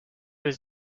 his